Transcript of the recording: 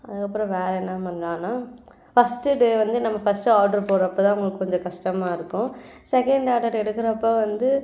அதற்கப்பறம் வேறு என்ன பண்ணலான்னா ஃபர்ஸ்ட்டு டே வந்து நம்ம ஃபர்ஸ்ட்டு ஆட்ரு போட்றப்ப தான் அவங்களுக்கு கொஞ்சம் கஸ்டமாக இருக்கும் செகண்ட் ஆர்டர் எடுக்குறப்போ வந்து